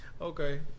Okay